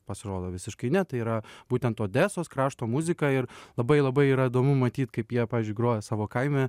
pasirodo visiškai ne tai yra būtent odesos krašto muzika ir labai labai yra įdomu matyt kaip jie pavyzdžiui groja savo kaime